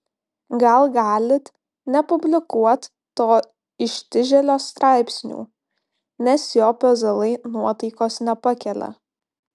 gal galit nepublikuot to ištižėlio straipsnių nes jo pezalai nuotaikos nepakelia